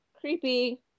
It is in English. creepy